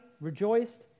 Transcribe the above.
rejoiced